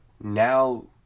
now